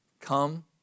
Come